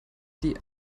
die